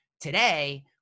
Today